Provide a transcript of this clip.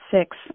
six